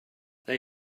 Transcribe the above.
they